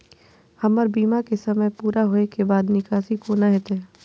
हमर बीमा के समय पुरा होय के बाद निकासी कोना हेतै?